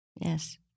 Yes